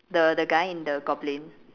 the the guy in the goblin